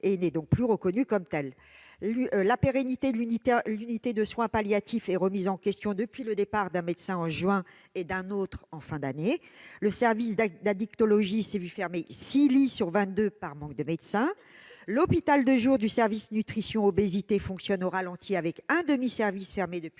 et n'est donc plus reconnue en tant que telle. La pérennité de l'unité de soins palliatifs est remise en question depuis le départ d'un médecin en juin 2019 et d'un autre en fin d'année. Le service d'addictologie a vu la fermeture de 6 lits sur 22 par manque de médecins. L'hôpital de jour du service nutrition-obésité fonctionne au ralenti avec un demi-service fermé depuis